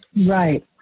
right